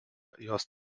jos